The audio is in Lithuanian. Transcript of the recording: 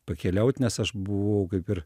pakeliaut nes aš buvau kaip ir